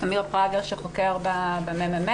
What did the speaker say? אמיר פרגר הוא חוקר בממ"מ.